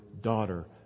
daughter